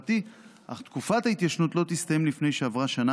אך תקופת ההתיישנות לא תסתיים לפני שעברה שנה